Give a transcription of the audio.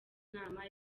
inama